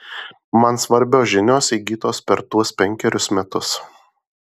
man svarbios žinios įgytos per tuos penkerius metus